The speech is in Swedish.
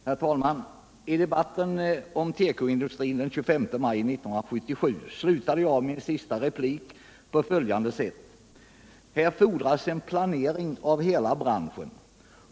Herr talman! I debatten om tekoindustrin den 25 maj 1977 slutade jag min sista replik på följande sätt: ”Här fordras en planering av hela branschen.